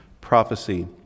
prophecy